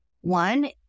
One